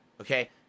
Okay